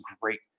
great